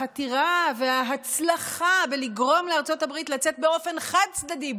החתירה וההצלחה בלגרום לארצות הברית לצאת באופן חד-צדדי,